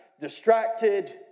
distracted